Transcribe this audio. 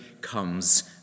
comes